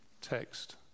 Text